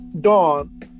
dawn